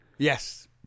Yes